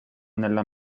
nella